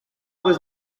was